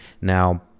Now